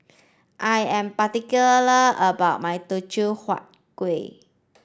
I am particular about my Teochew Huat Kueh